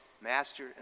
Master